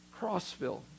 Crossville